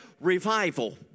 revival